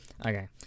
okay